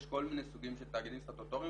יש כל מיני סוגים של תאגידים סטטוטוריים